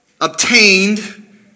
obtained